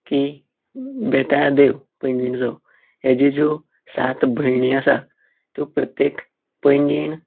की बेताळ देव पैंगीणचो हेज्यो ज्यो सात भयणी आसात त्यो प्रत्येक पैंगीण